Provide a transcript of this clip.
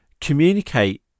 communicate